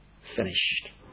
finished